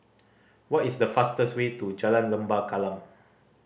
what is the fastest way to Jalan Lembah Kallang